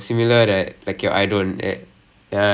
ya something like that lah ah right right right